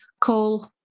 call